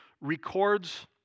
records